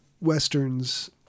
westerns